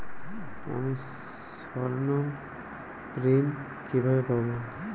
আমি স্বর্ণঋণ কিভাবে পাবো?